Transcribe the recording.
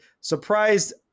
surprised